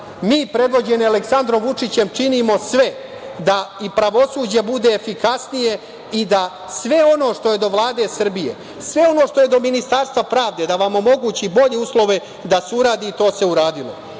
Mi, predvođeni Aleksandrom Vučićem, činimo sve da i pravosuđe bude efikasnije i da sve ono što je do Vlade Srbije, sve ono što je do Ministarstva pravde da vam omogući bolje uslove da se uradi i to se uradilo. Neko